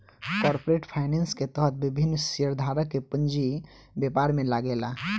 corporate finance के तहत विभिन्न शेयरधारक के पूंजी व्यापार में लागेला